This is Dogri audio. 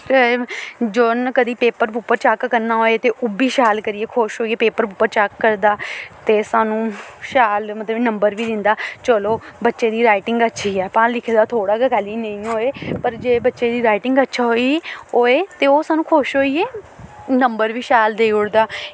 ते जि'न्नै कदें पेपर पूपर चैक्क करना होऐ ते ओह् बी शैल करियै खुश होइयै पेपर चैक्क करदा ते सानूं शैल मतलब कि नंबर बी दिंदा चलो बच्चे दी राइटिंग अच्छी ऐ भाऐं लिखे दा थोह्ड़ा गै कैह्ली नेईं होऐ पर जे बच्चे दी राइटिंग अच्छा होई होऐ ते ओह् सानूं खुश होइयै नंबर बी शैल देई ओड़दा